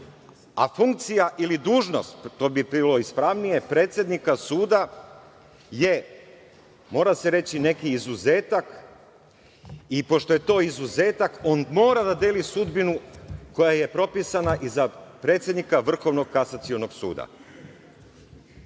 a funkcija ili dužnost, to bi bilo ispravnije, predsednika suda je, mora se reći, neki izuzetak i pošto je to izuzetak, on mora da deli sudbinu koja je propisana i za predsednika Vrhovnog kasacionog suda.